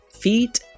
feet